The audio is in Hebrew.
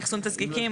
לאחסון תזיקים,